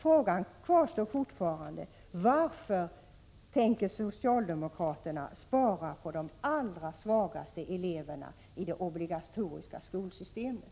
Frågan kvarstår: Varför tänker socialdemokraterna spara på de allra svagaste eleverna i det obligatoriska skolsystemet?